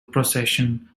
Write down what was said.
procession